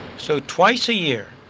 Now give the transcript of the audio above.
so, twice a year,